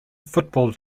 football